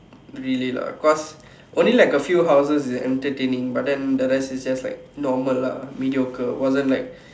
really lah because only like a few houses is entertaining but then the rest is just like normal lah mediocre wasn't like